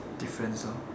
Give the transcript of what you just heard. difference lor